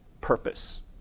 purpose